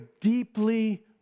deeply